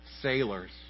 sailors